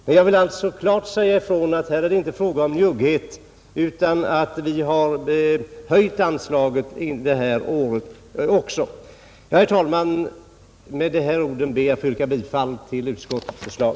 Men jag vill alltså klart säga ifrån att här är det inte fråga om njugghet, utan vi har höjt anslaget detta år. Herr talman! Med dessa ord ber jag att få yrka bifall till utskottets förslag.